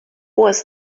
was